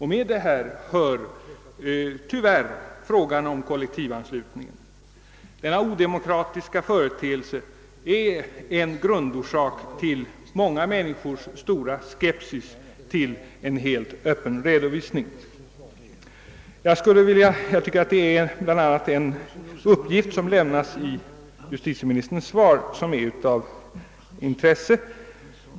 Till detta hör tyvärr frågan om kollektivanslutningen; denna odemokratiska företeelse är en grundorsak till många människors stora skepsis mot en helt öppen redovisning. Det är bl.a. en uppgift i justitieministerns svar som jag finner vara av intresse.